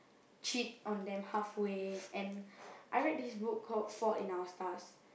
cheat on them halfway and I read this book called Fault in Our Stars